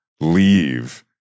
leave